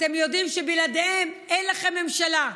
אתם יודעים שבלעדיהם אין לכם ממשלה.